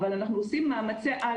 אבל אנחנו עושים מאמצי על.